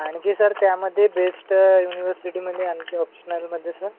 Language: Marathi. आणखी सर त्यामध्ये बेस्ट युनिव्हर्सिडीमध्ये आणखी ऑप्शनलमध्ये सर